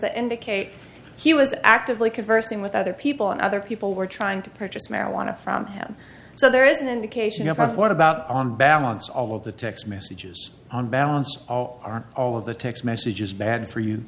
that indicate he was actively conversing with other people and other people were trying to purchase marijuana from him so there is an indication of what about on balance all of the text messages on balance or are all of the text messages bad for you